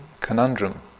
conundrum